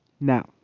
Now